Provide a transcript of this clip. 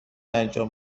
انجام